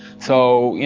so, you